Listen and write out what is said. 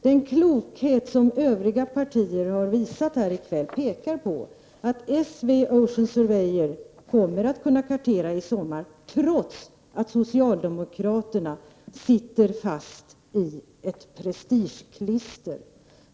Den klokhet som övriga partier har visat i debatten i kväll talar för att S/V Ocean Surveyor kommer att kunna kartera i sommar — trots att socialdemokraterna så att säga sitter fast i ett prestigeklister.